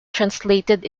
translated